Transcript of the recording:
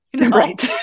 right